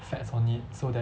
fats on it so that